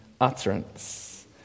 utterance